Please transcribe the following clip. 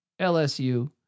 LSU